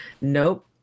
nope